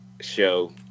show